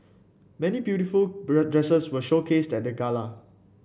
many beautiful dresses were showcased at the gala